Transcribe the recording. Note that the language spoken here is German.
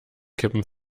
kippen